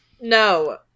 No